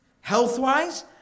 health-wise